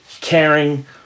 caring